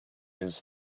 his